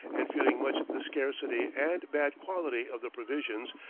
and feeling much the scarcity and bad quality of the provisions,